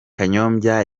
kanyombya